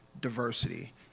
diversity